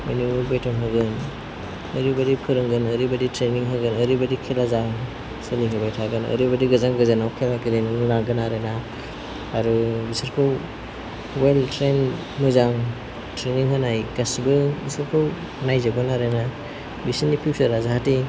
बेनि उनाव बेथन होगोन ओरैबायदि फोरोंगोन ओरैबायदि ट्रेइनिं होगोन ओरैबायदि खेला जा सोलिहोबाय थागोन ओरैबायदि गोजान गोजानाव खेला गेलेनो लांगोन आरो ना आरो बिसोरखौ अवेल ट्रेइन मोजां ट्रेइनिं होनाय गासैबो बिसोरखौ नायजोबगोन आरो ना बिसोरनि फिउचारा जाहाथे